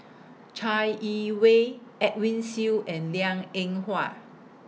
Chai Yee Wei Edwin Siew and Liang Eng Hwa